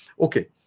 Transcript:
okay